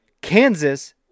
Kansas